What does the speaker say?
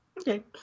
Okay